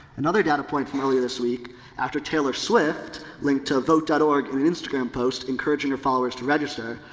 another data point from earlier this week after taylor swift linked to vote dot org in an instagram post encouraging her followers to register,